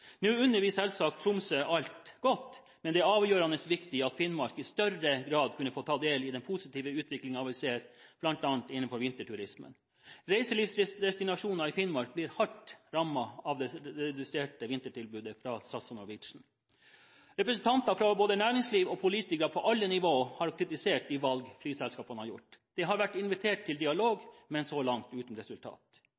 Nå unner vi selvsagt Tromsø alt godt, men det er avgjørende viktig at Finnmark i større grad får ta del i den positive utviklingen vi ser, bl.a. innenfor vinterturisme. Reiselivsdestinasjoner i Finnmark blir hardt rammet av det reduserte vintertilbudet fra SAS og Norwegian. Både representanter fra næringsliv og politikere på alle nivåer har kritisert de valg flyselskapene har gjort. De har vært invitert til dialog,